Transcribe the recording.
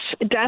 Yes